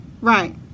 Right